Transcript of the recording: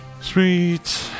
Sweet